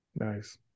Nice